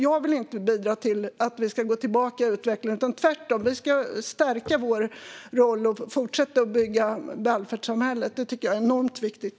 Jag vill inte bidra till att vi ska gå tillbaka i utvecklingen. Tvärtom ska vi stärka vår roll och fortsätta att bygga välfärdssamhället. Det tycker jag är enormt viktigt.